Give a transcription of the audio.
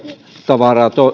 tavaraa